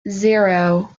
zero